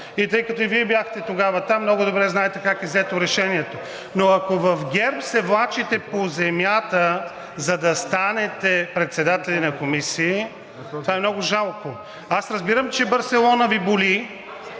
И тъй като и Вие бяхте там тогава, много добре знаете как е взето решението. Но ако в ГЕРБ се влачите по земята, за да станете председатели на комисии, това е много жалко. Аз разбирам, че Барселона Ви боли,